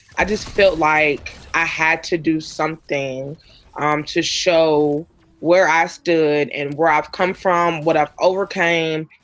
i just felt like i had to do something um to show where i stood and where i've come from, what i've overcame.